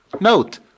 Note